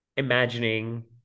Imagining